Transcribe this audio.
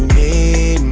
a